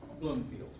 Bloomfield